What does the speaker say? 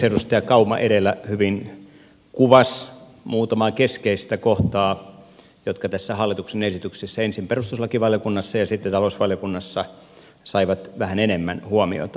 edustaja kauma edellä hyvin kuvasi muutamaa keskeistä kohtaa tässä hallituksen esityksessä jotka ensin perustuslakivaliokunnassa ja sitten talousvaliokunnassa saivat vähän enemmän huomiota